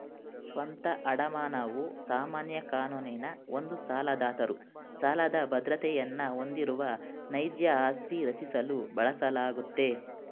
ಸ್ವಂತ ಅಡಮಾನವು ಸಾಮಾನ್ಯ ಕಾನೂನಿನ ಒಂದು ಸಾಲದಾತರು ಸಾಲದ ಬದ್ರತೆಯನ್ನ ಹೊಂದಿರುವ ನೈಜ ಆಸ್ತಿ ರಚಿಸಲು ಬಳಸಲಾಗುತ್ತೆ